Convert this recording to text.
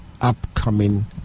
upcoming